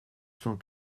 cent